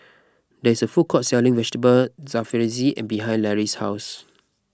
there is a food court selling Vegetable Jalfrezi behind Lary's house